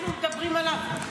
אנחנו מדברים עליו.